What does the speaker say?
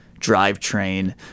drivetrain